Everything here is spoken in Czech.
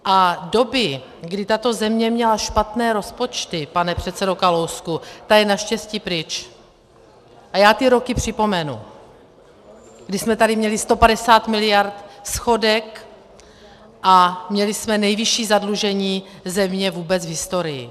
A doby, kdy tato země měla špatné rozpočty, pane předsedo Kalousku, ty jsou naštěstí pryč, a já ty roky připomenu, kdy jsme tady měli 150 mld. schodek a měli jsme nejvyšší zadlužení země vůbec v historii.